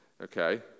Okay